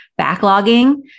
backlogging